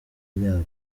byayo